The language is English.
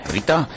Rita